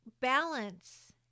balance